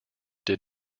did